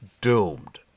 Doomed